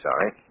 sorry